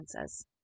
says